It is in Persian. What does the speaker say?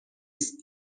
است